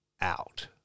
Out